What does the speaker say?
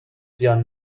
زیان